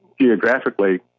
geographically